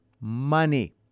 money